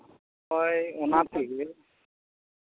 ᱦᱳᱭ ᱚᱱᱟ ᱛᱮᱜᱮ